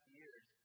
years